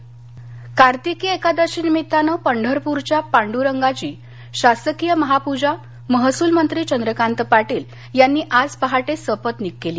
कार्तिकी सोलापर कार्तिकी एकादशी निमित्तानं पंढरपूरच्या पांड्रंगाची शासकीय महापूजा महसूल मंत्री चंद्रकांत पाटील यांनी आज पहाटे सपत्नीक केली